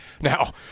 Now